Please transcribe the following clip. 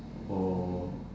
or